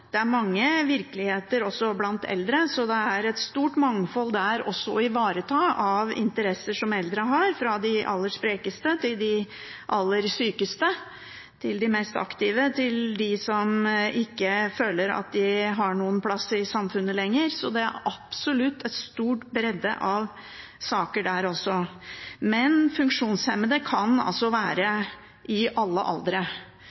Det er også der et stort mangfold av interesser å ivareta som eldre har, fra de aller sprekeste til de aller sykeste, fra de mest aktive til dem som ikke føler at de har noen plass i samfunnet lenger. Det er absolutt en stor bredde av saker der også. Men funksjonshemmede kan altså være i alle aldre,